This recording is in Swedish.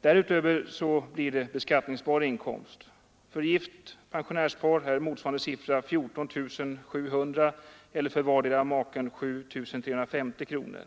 Därutöver blir det beskattningsbar inkomst. För ett gift pensionärspar är motsvarande siffra 14 700 kronor eller för vardera maken 7 350 kronor.